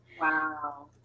Wow